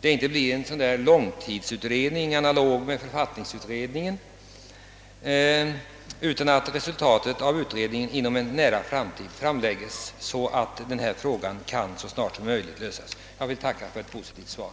det inte blir en sådan långtidsutredning, analog med <författningsutredningen, utan att resultatet av utredningen inom en nära framtid redovisas, så att frågan kan lösas så snart som möjligt. Jag tackar än en gång för det positiva svaret.